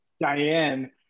Diane